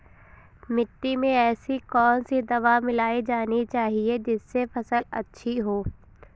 मिट्टी में ऐसी कौन सी दवा मिलाई जानी चाहिए जिससे फसल अच्छी हो?